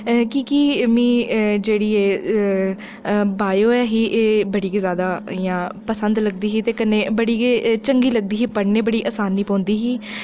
की के मिगी जेह्ड़ी ऐ बायो ऐही एह् बड़ी गै जैदा इ'यां पसंद लगदी ही ते कन्नै बड़ी गै चंगी लगदी ही ते पढ़ने ई बड़ी असानी पौंदी ही